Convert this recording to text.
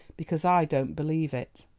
because i don't believe it.